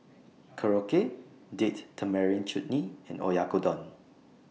Korokke Date Tamarind Chutney and Oyakodon